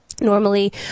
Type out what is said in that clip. Normally